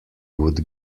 would